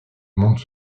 monde